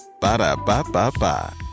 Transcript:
Ba-da-ba-ba-ba